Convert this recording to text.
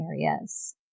areas